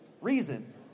reason